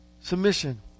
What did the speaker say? Submission